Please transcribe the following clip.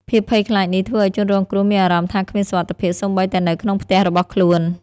ភាពភ័យខ្លាចនេះធ្វើឲ្យជនរងគ្រោះមានអារម្មណ៍ថាគ្មានសុវត្ថិភាពសូម្បីតែនៅក្នុងផ្ទះរបស់ខ្លួន។